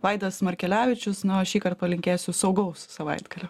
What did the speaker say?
vaidas markelevičius na o šįkart palinkėsiu saugaus savaitgalio